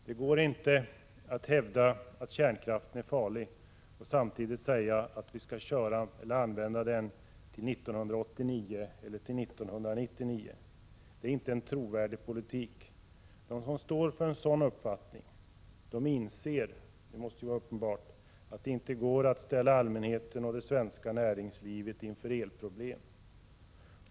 Det går inte att hävda att kärnkraften är farlig och samtidigt säga att vi skall använda kärnkraftverken till 1989 eller till 1999. Det är inte en trovärdig politik. De som står för en sådan uppfattning inser — det måste vara uppenbart — att det inte går att ställa allmänheten och det svenska näringslivet inför elproblem.